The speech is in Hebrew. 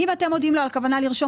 אם אתם מודיעים לו על הכוונה לרשום